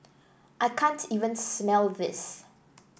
I can't even smell this